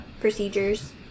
procedures